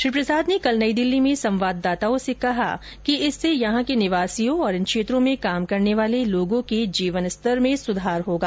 श्री प्रसाद ने कल नई दिल्ली में संवाददाताओं से कहा कि इससे यहां के निवासियों और इन क्षेत्रों में काम करने वाले लोगों के जीवनस्तर में सुधार होगा